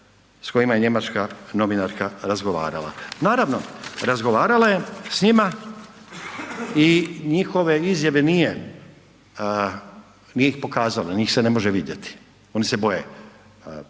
s kojima je njemačka novinarska razgovarala. Naravno, razgovarala je s njima i njihove izjave nije ih pokazala, njih se ne može vidjeti, oni se boje pokazati